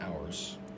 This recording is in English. hours